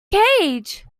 cage